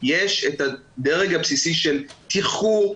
יש את הדרג הבסיסי של תחקור,